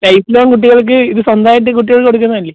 lifelong കുട്ടികൾക്ക് ഇത് സ്വന്തം ആയിട്ട് കുട്ടികൾ കൊടുക്കുന്നതല്ലേ